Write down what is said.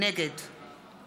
נגד